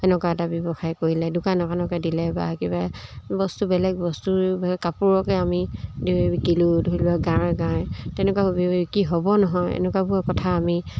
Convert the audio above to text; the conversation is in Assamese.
এনেকুৱা এটা ব্যৱসায় কৰিলে দোকান এখনকে দিলে বা কিবা বস্তু বেলেগ বস্তু কাপোৰকে আমি অ শিকিলোঁ ধৰি লোৱা গাঁৱে গাঁৱে তেনেকুৱা বি কি হ'ব নহয় এনেকুৱাবোৰৰ কথা আমি